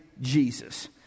jesus